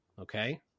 Okay